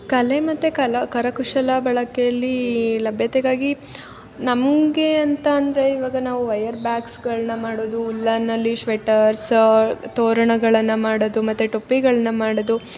ಕಲೆ ಮತ್ತು ಕಲ ಕರಕುಶಲ ಬಳಕೆಯಲ್ಲಿ ಲಭ್ಯತೆಗಾಗಿ ನಮಗೆ ಅಂತ ಅಂದರೆ ಇವಾಗ ನಾವು ವಯರ್ ಬ್ಯಾಗ್ಸ್ಗಳನ್ನ ಮಾಡೋದು ವುಲ್ಲನಲ್ಲಿ ಶ್ವೆಟರ್ಸಾ ತೋರಣಗಳನ್ನ ಮಾಡದು ಮತ್ತು ಟೊಪ್ಪಿಗಳನ್ನ ಮಾಡದು